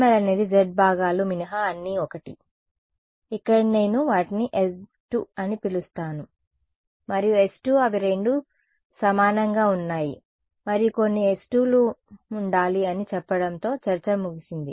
PML అనేది z భాగాలు మినహా అన్నీ ఒకటి ఇక్కడ నేను వాటిని s2 అని పిలుస్తాను మరియు s2 అవి రెండూ సమానంగా ఉన్నాయి మరియు కొన్ని s2లు ఉండాలి అని చెప్పడంతో చర్చ ముగిసింది